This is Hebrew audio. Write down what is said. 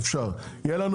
אפשר, יהיה לנו